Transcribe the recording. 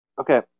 Okay